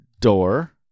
door